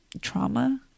trauma